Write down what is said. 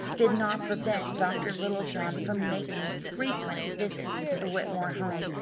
did not prevent dr. littlejohn from making frequent visits to the whitmore home,